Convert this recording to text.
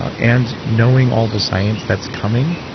ah and knowing all the science that's coming.